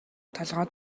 толгой